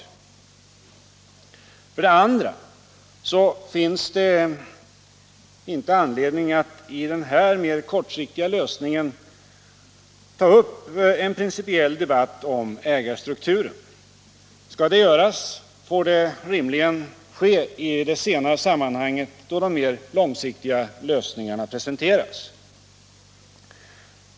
För det andra finns inte anledning att i samband med den här mer kortsiktiga lösningen ta upp en principiell debatt om ägarstrukturen. Skall detta göras får det rimligen ske i det senare sammanhanget, då de mer långsiktiga lösningarna presenteras.